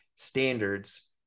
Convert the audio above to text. standards